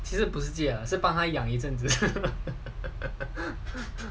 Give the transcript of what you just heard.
其实不是借是是帮他养一阵子